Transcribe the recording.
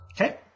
Okay